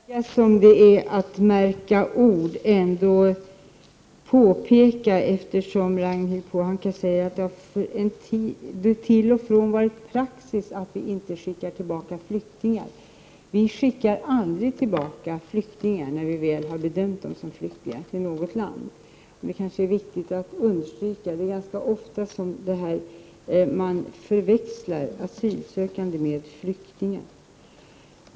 Herr talman! Även om det kan verka som om det är att märka ord vill jag ändå framhålla, eftersom Ragnhild Pohanka säger att det till och från varit praxis att vi inte skickar tillbaka flyktingar, att vi aldrig skickar flyktingar, alltså när vi väl har bedömt dem som flyktingar, till något land. De är viktigt att understryka detta, för det händer ganska ofta att man förväxlar asylsökande med flyktingar.